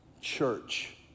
church